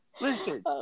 Listen